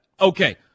okay